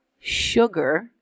sugar